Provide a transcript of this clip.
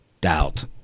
doubt